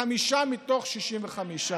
בחמש מתוך 65,